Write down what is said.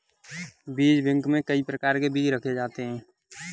बीज बैंक में कई प्रकार के बीज रखे जाते हैं